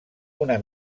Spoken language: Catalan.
una